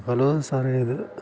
hello സാറെ ഇത്